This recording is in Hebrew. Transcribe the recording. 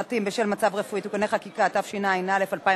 מופחת בשל מצב רפואי (תיקוני חקיקה), התשע"א 2011,